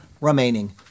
remaining